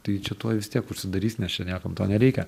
tai čia tuoj vis tiek užsidarys nes čia niekam to nereikia